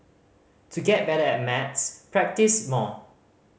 to get better at Maths practise more